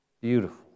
Beautiful